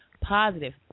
positive